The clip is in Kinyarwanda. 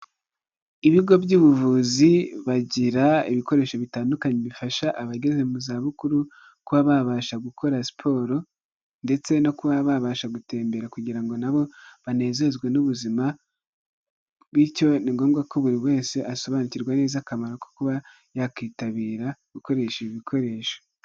Ibigo by'ubuvuzi bagira ibikoresho bitandukanye, bifasha abageze mu zabukuru kuba babasha gukora siporo ndetse no kuba babasha gutembera kugira ngo na bo banezezwe n'ubuzima, bityo ni ngombwa ko buri wese asobanukirwa neza akamaro ko kuba yakitabira gukoresha ibi bikoresho.